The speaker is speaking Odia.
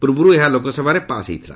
ପୂର୍ବରୁ ଏହା ଲୋକସଭାରେ ପାଶ୍ ହୋଇଥିଲା